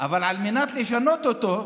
אבל על מנת לשנות אותו,